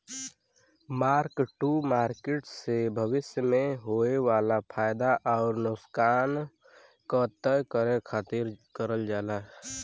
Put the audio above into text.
mark to market से भविष्य में होये वाला फयदा आउर नुकसान क तय करे खातिर करल जाला